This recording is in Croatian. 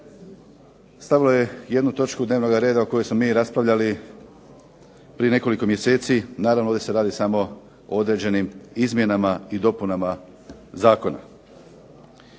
stavilo je jednu točku dnevnog reda o kojoj smo mi raspravljali prije nekoliko mjeseci, naravno ovdje se radi o određenim izmjenama i dopunama zakona.